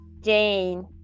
Jane